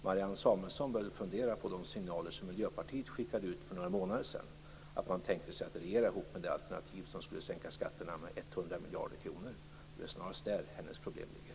Marianne Samuelsson bör fundera på de signaler som Miljöpartiet skickade ut för några månader sedan, att man tänkte sig att regera ihop med det alternativ som skulle sänka skatterna med 100 miljarder kronor. Det är väl snarast där som hennes problem ligger.